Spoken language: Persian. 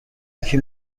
یکی